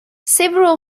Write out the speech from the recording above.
several